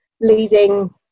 leading